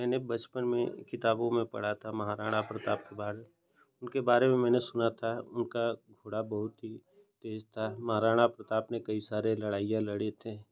मैंने बचपन में पढ़ा था किताबों में महाराणा प्रताप के बारे में उनके बारे में मैंने सुना था उनका घोड़ा बहुत ही तेज़ था महाराणा प्रताप ने कई सारे लड़ाईयाँ लड़े थे